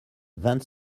vingt